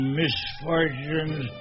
misfortunes